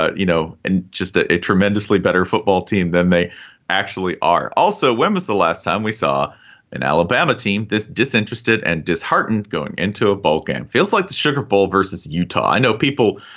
ah you know, and just ah a tremendously better football team than they actually are also, when was the last time we saw an alabama team this disinterested and disheartened going into a balkan? feels like the sugar bowl versus utah. i know people.